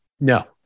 No